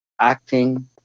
acting